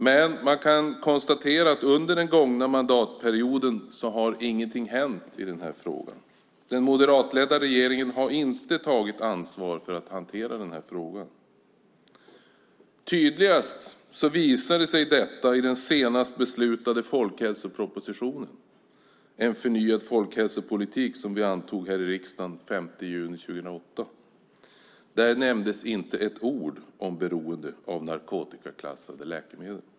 Men man kan konstatera att det under den gångna mandatperioden inte har hänt någonting i den här frågan. Den moderatledda regeringen har inte tagit ansvar för att hantera den här frågan. Tydligast visade sig detta i den senast beslutade folkhälsopropositionen, En förnyad folkhälsopolitik , som vi antog här i riksdagen den 5 juni 2008. Där nämndes inte ett ord om beroende av narkotikaklassade läkemedel.